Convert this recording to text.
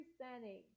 understanding